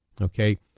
Okay